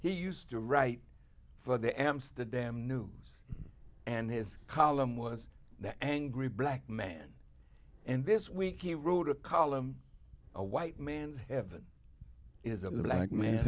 he used to write for the amsterdam news and his column was the angry black man and this week he wrote a column a white man's heaven is a